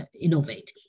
innovate